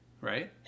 Right